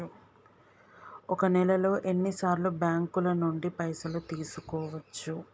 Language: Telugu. ఒక నెలలో ఎన్ని సార్లు బ్యాంకుల నుండి పైసలు తీసుకోవచ్చు?